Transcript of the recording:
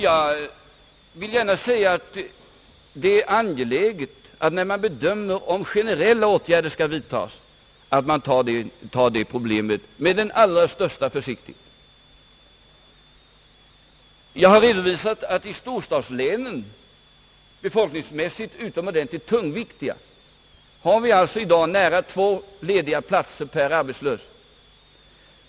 Jag vill gärna framhålla att det, när man bedömer om generella åtgärder skall vidtagas, är angeläget att man angriper det problemet med den allra största försiktighet. Jag har redovisat att vi i storstadslänen, som befolkningsmässigt är utomordentligt viktiga, i dag har nära två lediga platser per arbetslös.